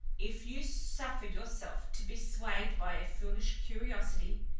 if you suffer yourself to be swayed by a foolish curiosity,